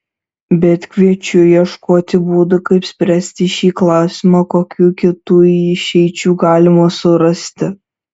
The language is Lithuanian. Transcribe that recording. bet kviečiu ieškoti būdų kaip spręsti šį klausimą kokių kitų išeičių galima surasti